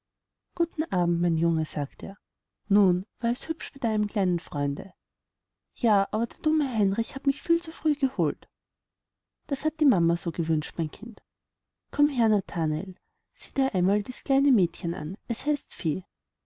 guten abend mein junge sagte er nun war es hübsch bei deinem kleinen freunde ja aber der dumme heinrich hat mich viel zu früh geholt das hat die mama so gewünscht mein kind komm her nathanael sieh dir einmal dies kleine mädchen an es heißt fee